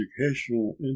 educational